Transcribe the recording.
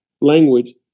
language